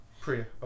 Priya